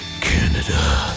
Canada